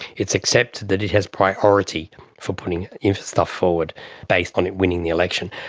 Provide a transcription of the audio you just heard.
it's accepted that it has priority for putting its stuff forward based on it winning the election.